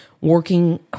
working